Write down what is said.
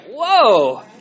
whoa